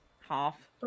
Half